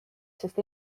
sest